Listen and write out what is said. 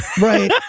Right